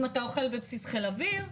אם אתה אוכל בבסיסי חיל אוויר,